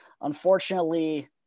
unfortunately